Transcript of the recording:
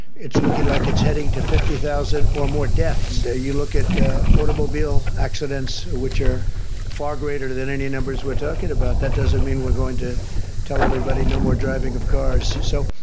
it's looking like it's heading to fifty thousand or more deaths. you look at automobile accidents which are far greater than any numbers we're talking about. that doesn't mean we're going to tell everybody, no more driving of cars. so,